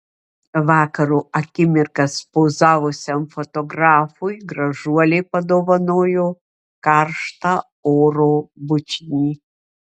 vakaro akimirkas pozavusiam fotografui gražuolė padovanojo karštą oro bučinį